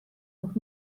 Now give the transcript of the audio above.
noch